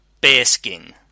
Bearskin